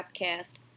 podcast